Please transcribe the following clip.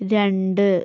രണ്ട്